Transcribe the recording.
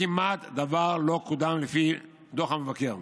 כמעט דבר לא קודם, על פי דוח המבקר.